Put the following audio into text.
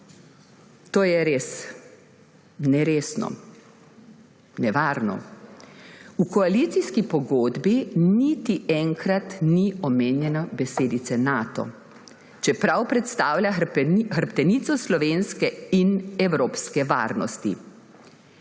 To je res neresno, nevarno. V koalicijski pogodbi niti enkrat ni omenjena besedica Nato, čeprav predstavlja hrbtenico slovenske in evropske varnosti.